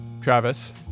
Travis